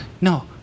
No